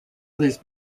others